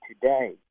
today